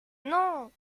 non